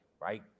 right